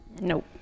Nope